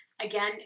Again